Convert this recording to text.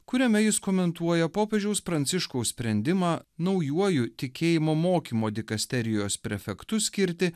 kuriame jis komentuoja popiežiaus pranciškaus sprendimą naujuoju tikėjimo mokymo dikasterijos prefektu skirti